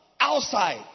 outside